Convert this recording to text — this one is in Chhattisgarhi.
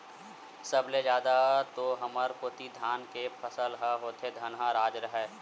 सब ले जादा तो हमर कोती धाने के फसल ह होथे धनहा राज हरय